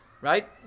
right